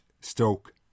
Stoke